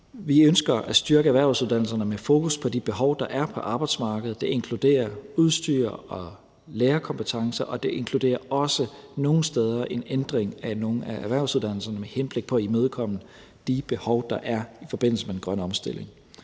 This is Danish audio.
Vi ønsker at styrke erhvervsuddannelserne med fokus på de behov, der er på arbejdsmarkedet. Det inkluderer udstyr og lærerkompetencer, og det inkluderer også nogle steder en ændring af nogle af erhvervsuddannelserne med henblik på at imødekomme de behov, der er i forbindelse med den grønne omstilling.